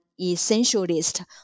essentialist